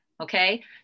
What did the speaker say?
okay